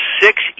six